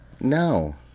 No